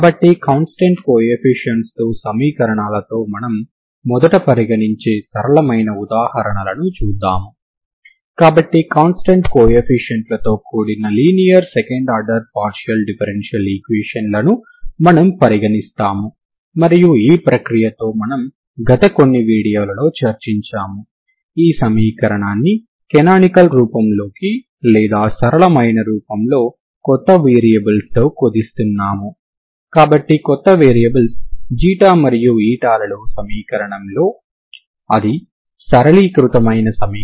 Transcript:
కాబట్టి ఇది స్ట్రింగ్ కు ఒక నమూనాగా ఉంటుంది ప్రాథమికంగా దాని ప్రారంభ స్థానభ్రంశం మరియు దాని వాలు ఇచ్చినప్పుడు మీరు స్ట్రింగ్ యొక్క ఒక చివర దాని సరిహద్దును అందించాలి మరియు స్ట్రింగ్ యొక్క రెండవ చివర అనంతం కాబట్టి మీరు ఎటువంటి షరతును ఇవ్వాల్సిన అవసరం లేదు కానీ ఒక చివర దాన్ని ఫిక్స్ చేయవచ్చు లేదా దానిని స్వేచ్ఛగా వదిలి వేయవచ్చు స్వేచ్ఛగా అంటే దాని వాలు 0 అని అర్థం అంటే ux0